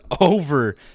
over